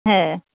হ্যাঁ